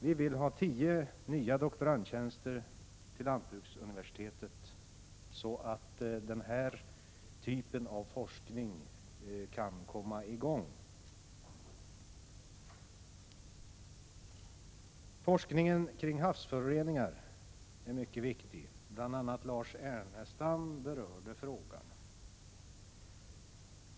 Vi vill ha tio nya doktorandtjänster till lantbruksuniversitet, så att den här typen av forskning kan komma i gång. Forskningen kring havsföroreningar är mycket viktig. Bl.a. Lars Ernestam berörde den frågan.